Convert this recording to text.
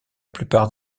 plupart